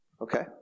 okay